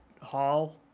hall